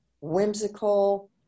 whimsical